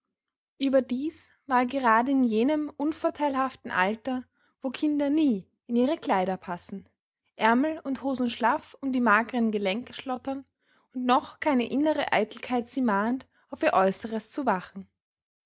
überdies war er gerade in jenem unvorteilhaften alter wo kinder nie in ihre kleider passen ärmel und hosen schlaff um die mageren gelenke schlottern und noch keine innere eitelkeit sie mahnt auf ihr äußeres zu wachen